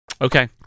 Okay